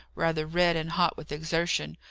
rather red and hot with exertion,